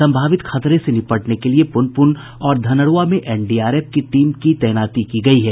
संभावित खतरे से निपटने के लिये पुनपुन और धनरूआ में एनडीआरएफ की टीम की तैनाती की गयी है